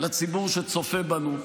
לציבור שצופה בנו: